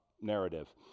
narrative